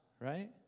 right